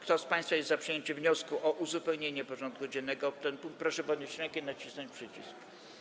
Kto z państwa jest za przyjęciem wniosku o uzupełnienie porządku dziennego o ten punkt, proszę podnieść rękę i nacisnąć przycisk.